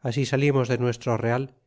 así salimos de nuestro real